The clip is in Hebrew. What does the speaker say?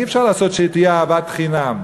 אי-אפשר לעשות שתהיה אהבת חינם.